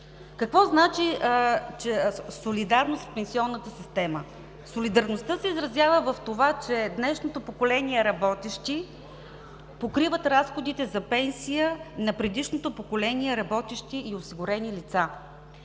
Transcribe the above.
Какво значи „солидарност“ в пенсионната система? Солидарността се изразява в това, че днешното поколение работещи покриват разходите за пенсия на предишното поколение работещи и осигурени лица,